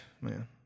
man